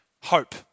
hope